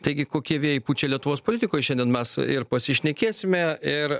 taigi kokie vėjai pučia lietuvos politikoj šiandien mes ir pasišnekėsime ir